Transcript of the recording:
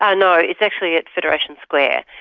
ah no, it's actually at federation square.